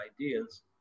ideas